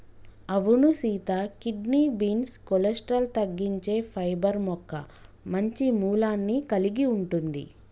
అవును Sita kidney beans cholesterol తగ్గించే fibre మొక్క మంచి మూలాన్ని కలిగి ఉంటుంది